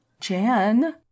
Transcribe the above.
Jan